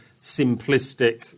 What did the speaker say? simplistic